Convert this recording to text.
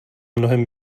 mnohem